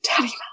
daddy